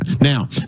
Now